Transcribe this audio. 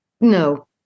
No